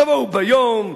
תבואו ביום,